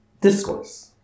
discourse